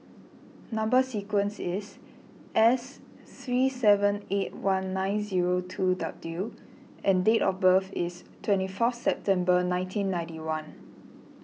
Number Sequence is S three seven eight one nine zero two W and date of birth is twenty fourth September nineteen ninety one